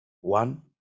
one